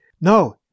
No